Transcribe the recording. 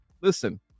listen